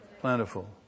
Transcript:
plentiful